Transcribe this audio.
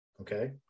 okay